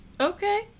Okay